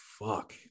fuck